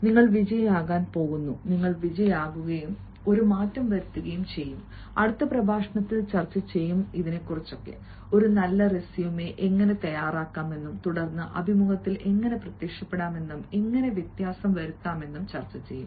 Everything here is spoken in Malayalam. നിങ്ങൾ വിജയിയാകാൻ പോകുന്നു നിങ്ങൾ വിജയിക്കുകയും ഒരു മാറ്റം വരുത്തുകയും ചെയ്യും അടുത്ത പ്രഭാഷണത്തിൽ ചർച്ച ചെയ്യും ഒരു നല്ല റെസ്യുമെ എങ്ങനെ തുടർന്ന് അഭിമുഖത്തിൽ എങ്ങനെ പ്രത്യക്ഷപ്പെടാമെന്നും എങ്ങനെ വ്യത്യാസം വരുത്താമെന്നും ചർച്ച ചെയ്യും